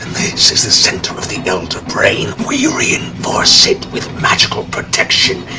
this is the center of the elder brain. we reinforce it with magical protection.